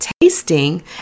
tasting